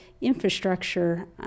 infrastructure